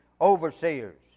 overseers